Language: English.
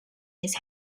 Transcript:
his